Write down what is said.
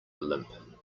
limp